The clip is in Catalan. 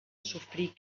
sofrir